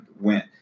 went